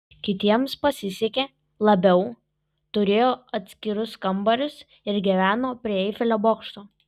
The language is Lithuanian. kitiems pasisekė labiau turėjo atskirus kambarius ir gyveno prie eifelio bokšto